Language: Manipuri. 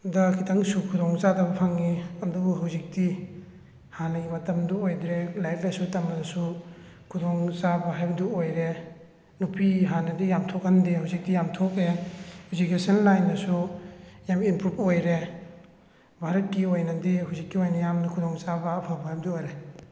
ꯗ ꯈꯤꯇꯪꯁꯨ ꯈꯨꯗꯣꯡꯆꯥꯗꯕꯁꯨ ꯐꯪꯉꯤ ꯑꯗꯨꯕꯨ ꯍꯧꯖꯤꯛꯇꯤ ꯍꯥꯟꯅꯒꯤ ꯃꯇꯝꯗꯨ ꯑꯣꯏꯗ꯭ꯔꯦ ꯂꯥꯏꯔꯤꯛ ꯂꯥꯏꯁꯨ ꯇꯝꯕꯗꯁꯨ ꯈꯨꯗꯣꯡꯆꯥꯕ ꯍꯥꯏꯕꯗꯨ ꯑꯣꯏꯔꯦ ꯅꯨꯄꯤ ꯍꯥꯟꯅꯗꯤ ꯌꯥꯝ ꯊꯣꯛꯑꯝꯗꯦ ꯍꯧꯖꯤꯛꯇꯤ ꯌꯥꯝ ꯊꯣꯛꯑꯦ ꯏꯖꯨꯀꯦꯁꯟ ꯂꯥꯏꯟꯗꯁꯨ ꯌꯥꯝ ꯏꯝꯄ꯭ꯔꯨꯞ ꯑꯣꯏꯔꯦ ꯚꯥꯔꯠꯀꯤ ꯑꯣꯏꯅꯗꯤ ꯍꯧꯖꯤꯛꯀꯤ ꯑꯣꯏꯅ ꯌꯥꯝ ꯈꯨꯗꯣꯡꯆꯥꯕ ꯑꯐꯕ ꯍꯥꯏꯕꯗꯨ ꯑꯣꯏꯔꯦ